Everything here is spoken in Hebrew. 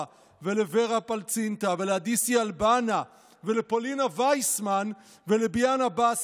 ולוורה פלצינטה ולאדיסי אלבנה ולפולינה וייסמן ולביאן עבאס